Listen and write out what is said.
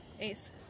Ace